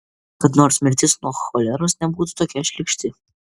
kad nors mirtis nuo choleros nebūtų tokia šlykšti